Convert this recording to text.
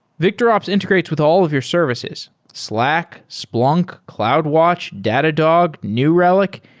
victorops integrates with all of your services slack, splunk, cloudwatch, datadog, new relic,